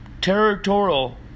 territorial